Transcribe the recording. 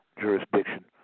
jurisdiction